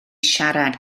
siarad